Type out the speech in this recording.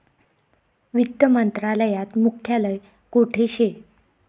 वित्त मंत्रालयात मुख्यालय कोठे शे